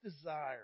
desire